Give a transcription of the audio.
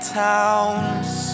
towns